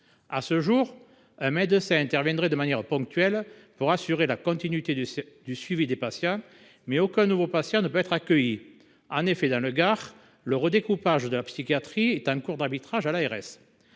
À ce jour, un médecin intervient de manière ponctuelle pour assurer la continuité du suivi des patients, mais aucun nouveau patient ne peut être accueilli. En effet, dans le Gard, le redécoupage de la psychiatrie est en cours d’arbitrage à l’ARS.